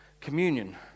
communion